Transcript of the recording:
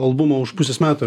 albumą už pusės metų